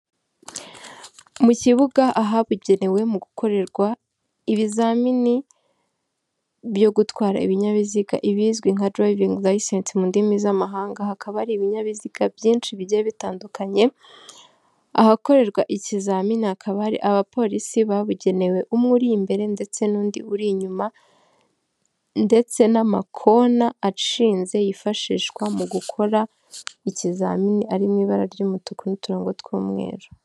Mu kibuga ahabigenewe mu gukorerwa ibizamini byo gutwara ibinyabiziga, ibizwi nka driving license mu ndimi z'amahanga. Hakaba hari ibinyabiziga byinshi bigiye bitandukanye. Ahakorerwa ikizamini hakaba hari abapolisi babugenewe. Umwe uri imbere ndetse n'undi uri inyuma. Ndetse n'amakona ashinze yifashishwa mu gukora ikizamini, arimo ibara ry'umutuku n'uturongo tw'umweru.